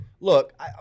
Look